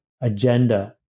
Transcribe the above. agenda